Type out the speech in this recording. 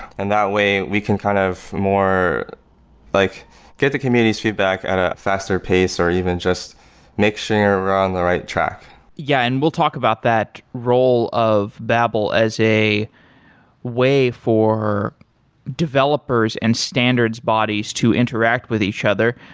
and that way, we can kind of more like get the community's feedback at a faster pace or even just make sure you're on the right track yeah, and we'll talk about that role of babel as a way for developers and standards bodies to interact with each other.